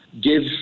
give